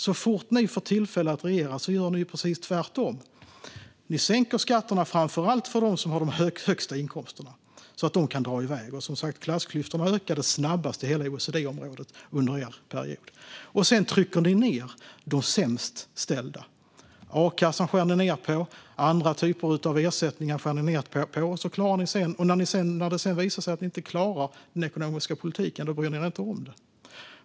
Så fort ni får tillfälle att regera gör ni precis tvärtom. Ni sänker skatterna, framför allt för dem som har de högsta inkomsterna, så att de kan dra iväg. Klassklyftorna ökade som sagt snabbast i hela OECD-området under er period. Sedan trycker ni ned de sämst ställda. Ni skär ned på a-kassan och andra typer av ersättningar. När det sedan visar sig att ni inte klarar den ekonomiska politiken bryr ni er inte om det.